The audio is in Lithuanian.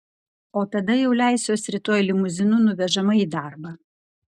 o tada jau leisiuosi rytoj limuzinu nuvežama į darbą